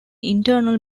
internal